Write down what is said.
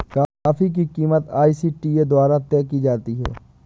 coffee की कीमत ICTA द्वारा तय की जाती है